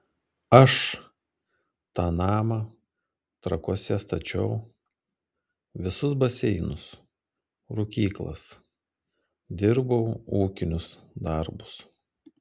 aš tą namą trakuose stačiau visus baseinus rūkyklas dirbau ūkinius darbus